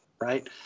right